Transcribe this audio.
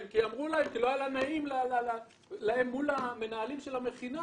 כי לא היה להם נעים מול המנהלים של המכינה,